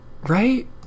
Right